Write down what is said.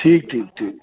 ठीकु ठीकु ठीकु